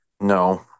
no